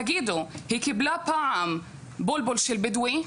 "תגידו, היא קיבלה פעם בולבול של בדואי".